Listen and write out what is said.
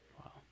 Wow